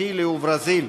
צ'ילה וברזיל.